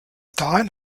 dahin